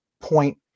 point